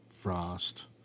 frost